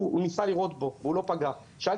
הוא ניסה לירות פה ולא פגע.